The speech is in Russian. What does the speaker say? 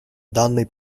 данной